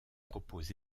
propose